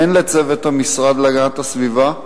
הן לצוות המשרד להגנת הסביבה,